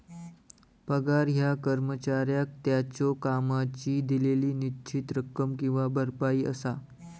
पगार ह्या कर्मचाऱ्याक त्याच्यो कामाची दिलेली निश्चित रक्कम किंवा भरपाई असा